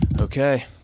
Okay